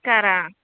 करा